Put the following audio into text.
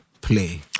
play